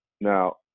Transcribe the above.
now